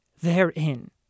therein